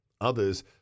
Others